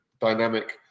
dynamic